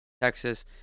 texas